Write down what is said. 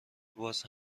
باز